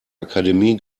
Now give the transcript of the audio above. akademie